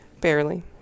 barely